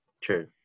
True